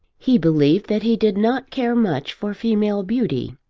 he believed that he did not care much for female beauty,